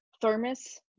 thermos